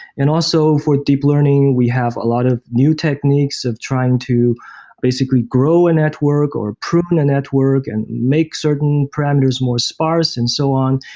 and also, for deep learning, we have a lot of new techniques of trying to basically grow a network or prune a network and make certain parameters more sparse, and so on,